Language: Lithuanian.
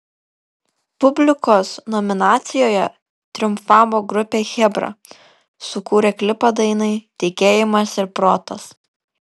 publikos nominacijoje triumfavo grupė chebra sukūrę klipą dainai tikėjimas ir protas